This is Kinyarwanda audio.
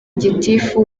gitifu